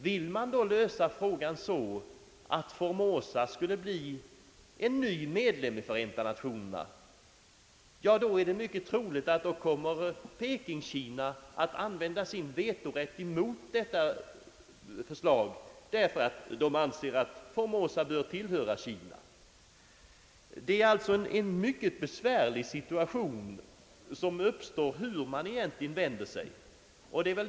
Vill man då lösa frågan så att Formosa skulle bli en ny medlem i Förenta Nationerna, då är det mycket troligt att Pekingkina kommer att använda sin vetorätt mot detta förslag, därför att det anser att Formosa bör tillhöra Kina. Det är alltså en mycket besvärlig si tuation som uppstår hur man än vänder sig.